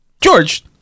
George